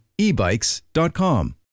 ebikes.com